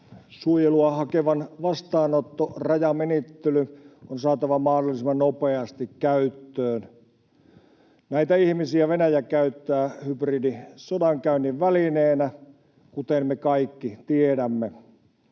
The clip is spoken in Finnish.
Suojelua hakevan vastaanottorajamenettely on saatava mahdollisimman nopeasti käyttöön. Näitä ihmisiä Venäjä käyttää hybridisodankäynnin välineenä, kuten me kaikki tiedämme.